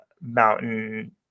mountain